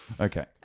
Okay